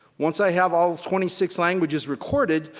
once i have all twenty six languages recorded,